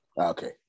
Okay